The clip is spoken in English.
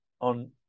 on